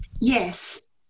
Yes